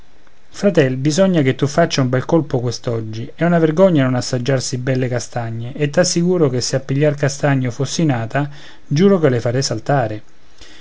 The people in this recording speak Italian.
fratel bisogna che tu faccia un bel colpo quest'oggi è una vergogna non assaggiar sì belle castagne e t'assicuro che se a pigliar castagne io fossi nata giuro che le farei saltare